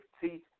see